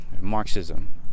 Marxism